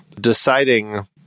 deciding